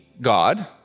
God